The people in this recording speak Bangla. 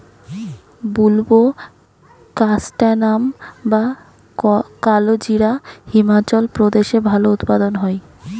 বুলবোকাস্ট্যানাম বা কালোজিরা হিমাচল প্রদেশে ভালো উৎপাদন হয়